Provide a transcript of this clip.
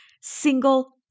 single